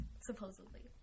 supposedly